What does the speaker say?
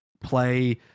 play